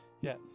yes